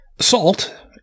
salt